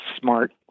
smart